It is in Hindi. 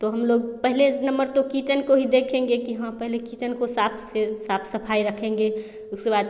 हम लोग पहले इस नम्बर तो किचन को ही देखेंगे की हाँ पहले किचन को साफ़ से साफ़ सफाई रखेंगे उसके बाद